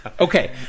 Okay